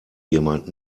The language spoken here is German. jemand